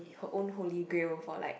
her own Holy Grail for like